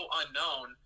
unknown